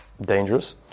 dangerous